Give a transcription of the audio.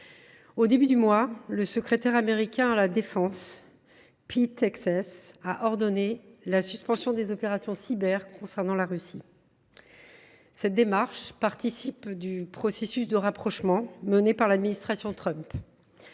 au début du mois, le secrétaire américain à la défense, Pete Hegseth, a ordonné la suspension des opérations cyber concernant la Russie. Cette démarche participe du processus de rapprochement mené par l’administration Trump.